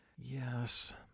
Yes